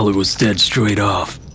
was dead straight off.